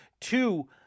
two